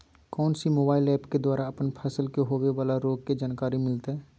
कौन सी mobile app के द्वारा अपन फसल के होबे बाला रोग के जानकारी मिलताय?